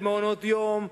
למעונות-יום,